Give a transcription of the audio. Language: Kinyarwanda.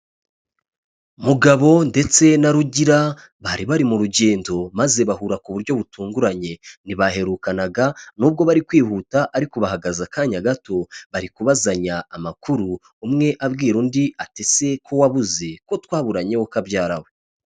Mugabo ndetse na Rugira bari bari mu rugendo maze bahura ku buryo butunguranye, ntibaherukanaga n'ubwo bari kwihuta ariko bahagaze akanya gato, bari kubazanya amakuru umwe abwira undi ati '' se ko wabuze ko twaburanye wokabyara we.''